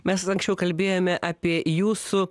mes anksčiau kalbėjome apie jūsų